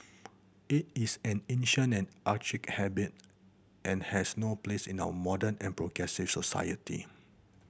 it is an ancient and archaic habit and has no place in our modern and progressive society